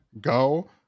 Go